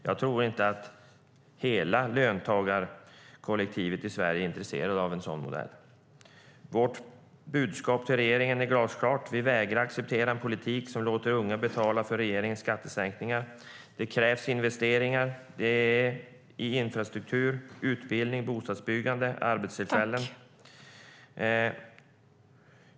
Jag tror inte att löntagarkollektivet som helhet i Sverige är intresserat av en sådan modell. Vårt budskap till regeringen är glasklart: Vi vägrar acceptera en politik som låter unga betala regeringens skattesänkningar. Det krävs investeringar i infrastruktur, utbildning, bostadsbyggande och arbetstillfällen.